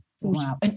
Wow